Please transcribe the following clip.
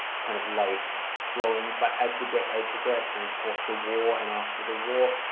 kind of lace flowing but as the decade progressed and of course the war and after the war,